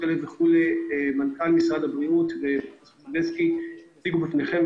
300,000 וכן הלאה מנכ"ל משרד הבריאות ופרופ' סדצקי הציגו בפניכם,